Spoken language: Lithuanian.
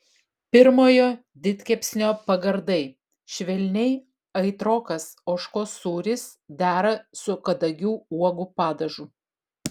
pirmojo didkepsnio pagardai švelniai aitrokas ožkos sūris dera su kadagių uogų padažu